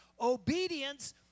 Obedience